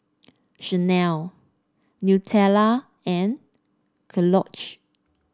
Chanel Nutella and Kellogg